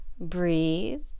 breathe